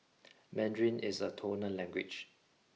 Mandarin is a tonal language